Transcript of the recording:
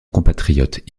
compatriote